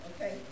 okay